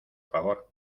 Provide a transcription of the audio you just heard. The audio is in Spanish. favor